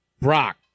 Brock